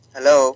Hello